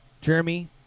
Jeremy